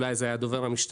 אולי זה היה דובר המשטרה.